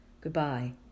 Goodbye